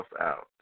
out